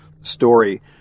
story